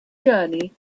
journey